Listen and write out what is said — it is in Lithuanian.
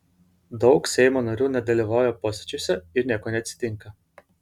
daug seimo narių nedalyvauja posėdžiuose ir nieko neatsitinka